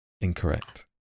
Incorrect